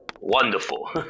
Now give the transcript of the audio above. Wonderful